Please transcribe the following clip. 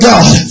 God